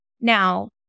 Now